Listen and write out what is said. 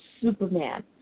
Superman